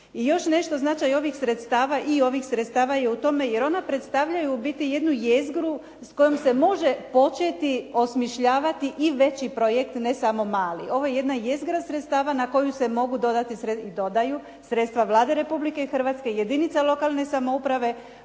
I još nešto, značaj ovih sredstava, i ovih sredstava je u tome jer ona predstavljaju u biti jednu jezgru sa kojom se može početi osmišljavati i veći projekt ne samo mali. Ovo je jedna jezgra sredstava na koju se mogu dodati i dodaju sredstva Vlade Republike Hrvatske, jedinica lokalne samouprave,